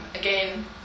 again